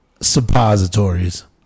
Suppositories